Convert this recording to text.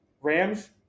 Rams